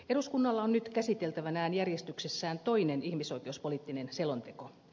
eduskunnalla on nyt käsiteltävänään järjestyksessään toinen ihmisoikeuspoliittinen selonteko